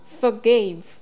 forgave